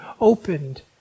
opened